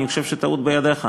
אני חושב שטעות בידך.